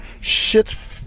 shit's